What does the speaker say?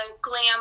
glam